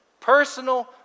personal